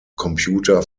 computer